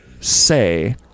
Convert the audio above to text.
say